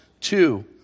two